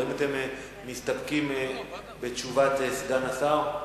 האם אתם מסתפקים בתשובת סגן השר?